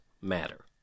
matter